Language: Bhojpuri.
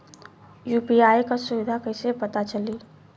यू.पी.आई क सुविधा कैसे पता चली?